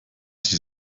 sie